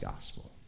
gospel